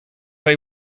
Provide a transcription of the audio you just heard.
they